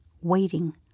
waiting